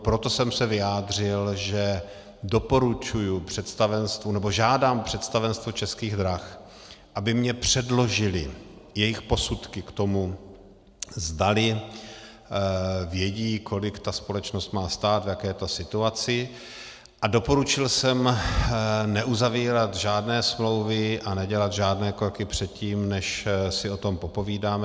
Proto jsem se vyjádřil, že doporučuji představenstvu, nebo žádám představenstvo Českých drah, aby mi předložily jejich posudky k tomu, zdali vědí, kolik ta společnost má stát, v jaké je to situaci, a doporučil jsem neuzavírat žádné smlouvy a nedělat žádné kroky předtím, než si o tom popovídáme.